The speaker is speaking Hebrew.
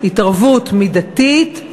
התערבות מידתית,